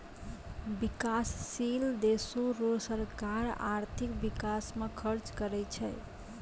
बिकाससील देसो रो सरकार आर्थिक बिकास म खर्च करै छै